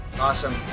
Awesome